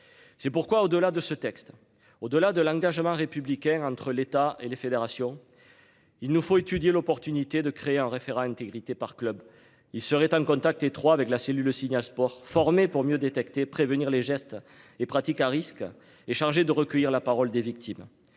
C'est pourquoi, au-delà de ce texte au-delà de l'engagement républicain entre l'État et les fédérations. Il nous faut étudier l'opportunité de créer un référent intégrité par club. Il serait en contact étroit avec la cellule signa sport formés pour mieux détecter prévenir les gestes et pratiques à risque est chargée de recueillir la parole des victimes,